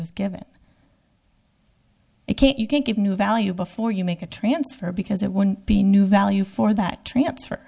was given it can't you can't give new value before you make a transfer because it wouldn't be new value for that transfer